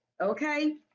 Okay